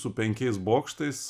su penkiais bokštais